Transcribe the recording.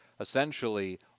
essentially